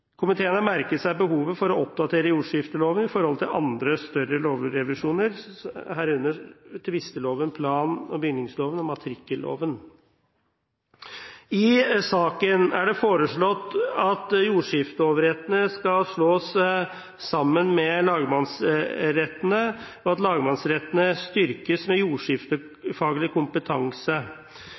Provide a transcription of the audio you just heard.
Komiteen har merket seg behovet for å oppdatere jordskifteloven i forhold til andre større lovrevisjoner, herunder tvisteloven, plan- og bygningsloven og matrikkelloven. I saken er det foreslått at jordskifteoverrettene skal slås sammen med lagmannsrettene, og at lagmannsrettene styrkes med jordskiftefaglig kompetanse.